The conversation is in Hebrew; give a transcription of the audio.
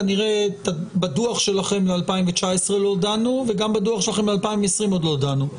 כנראה שבדוח שלכם לשנת 2019 לא דנו וגם בדוח שלכם ל-2020 לא דנו.